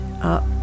up